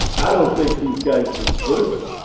i don't think these guys deserve it.